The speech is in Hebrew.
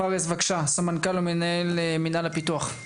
פארס בבקשה סמנכ"ל ומנהל מינהל הפיתוח.